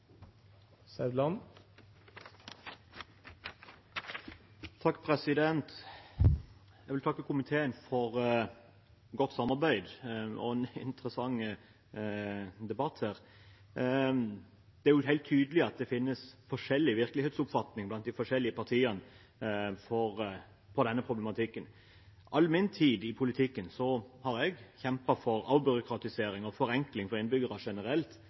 i dag. Jeg vil takke komiteen for godt samarbeid og en interessant debatt. Det er helt tydelig at det er forskjellig virkelighetsoppfatning blant de forskjellige partiene om denne problematikken. All min tid i politikken har jeg kjempet for avbyråkratisering og forenkling for innbyggerne generelt,